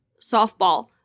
softball